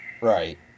Right